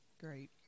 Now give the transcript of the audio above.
Great